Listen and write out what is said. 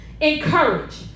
Encourage